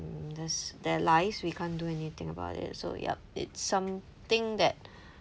mm this their lives we can't do anything about it so yup it something that